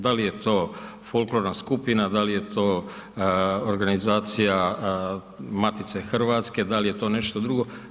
Da li je to folklorna skupina, da li organizacija Matice hrvatske, da li je to nešto drugo?